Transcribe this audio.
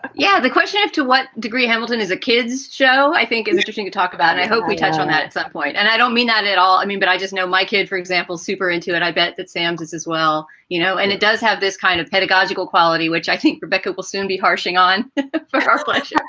yeah. the question of to what degree. hamilton is a kids show i think is interesting to talk about. i hope we touch on that at some point. and i don't mean that at all. i mean but i just know my kid, for example, super into it. i bet that samms is as well, you know, and it does have this kind of pedagogical quality, which i think rebecca will soon be harshing on ah maybe. but yeah